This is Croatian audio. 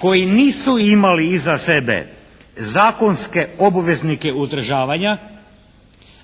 koji nisu imali iza sebe zakonske obveznike uzdržavanja,